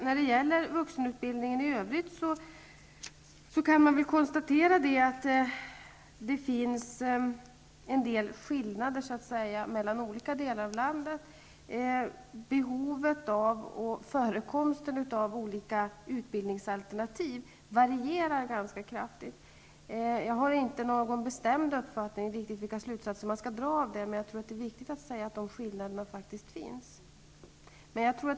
När det gäller vuxenutbildningen i övrigt kan man konstatera att det finns en del skillnader mellan olika delar av landet. Behovet av och förekomsten av olika utbildningsalternativ varierar ganska kraftigt. Jag har inte någon bestämd uppfattning om vilka slutsatser man skall dra av det. Men jag tror att det är viktigt att säga att de skillnaderna faktiskt finns.